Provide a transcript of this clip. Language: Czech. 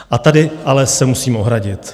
A tady ale se musím ohradit.